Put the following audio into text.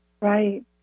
Right